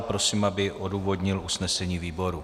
Prosím, aby odůvodnil usnesení výboru.